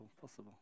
possible